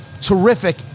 terrific